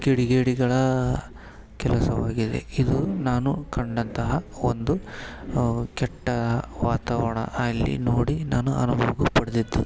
ಕಿಡಿಗೇಡಿಗಳ ಕೆಲಸವಾಗಿದೆ ಇದು ನಾನು ಕಂಡಂತಹ ಒಂದು ಕೆಟ್ಟ ವಾತಾವರಣ ಅಲ್ಲಿ ನೋಡಿ ನಾನು ಅನುಭವ ಪಡ್ದಿದ್ದು